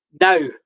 Now